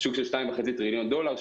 שוק של 2.5 טריליון דולר,